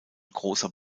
großer